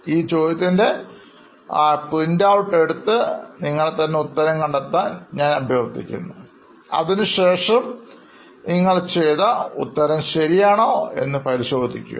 ഈ ചോദ്യത്തിന് print out എടുത്തു നിങ്ങൾ തന്നെ ഉത്തരം കണ്ടെത്താൻ ഞാൻ അഭ്യർത്ഥിക്കുന്നു അതിനുശേഷം നിങ്ങൾ ചെയ്ത ഉത്തരം ശരിയാണോ എന്ന് പരിശോധിക്കാം